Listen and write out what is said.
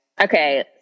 Okay